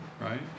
right